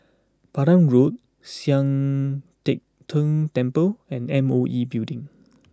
Pandan Road Sian Teck Tng Temple and M O E Building